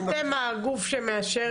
אתם הגוף שמאשר?